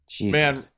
Man